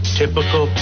typical